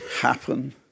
happen